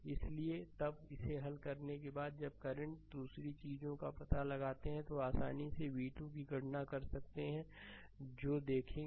इसलिए तब इसे हल करने के बाद जब करंट दूसरी चीज़ का पता लगाते हैं तो आसानी से v2 की गणना कर सकते हैं जो देखेंगे